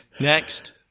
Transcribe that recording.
Next